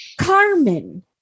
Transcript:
Carmen